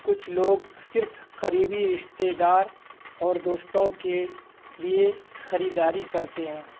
کچھ لوگ صرف قریبی رشتےدار اور دوستوں کے لیے خریداری کرتے ہیں